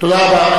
תודה רבה.